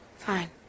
fine